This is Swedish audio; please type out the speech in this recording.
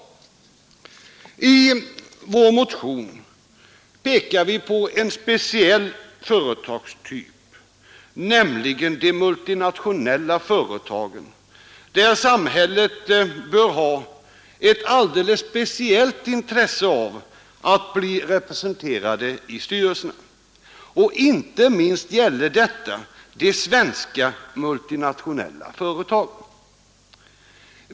I vår motion pekar vi på en speciell företagstyp, nämligen de multinationella företagen, där samhället bör ha ett alldeles speciellt intresse av att bli representerat i styrelserna. Inte minst gäller detta de svenska multinationella företagen.